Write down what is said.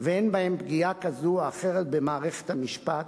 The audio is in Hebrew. ואין בהן פגיעה כזאת או אחרת במערכת המשפט,